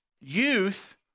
youth